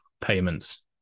payments